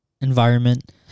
environment